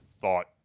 thought